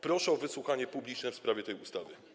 Proszę o wysłuchanie publiczne w sprawie tej ustawy.